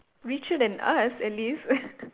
richer than us at least